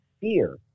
fear